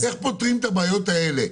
איך פותרים את הבעיה האלה?